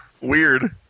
weird